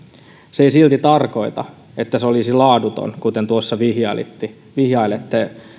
se ei silti tarkoita sitä että se olisi laaduton kuten tuossa vihjailitte vihjailitte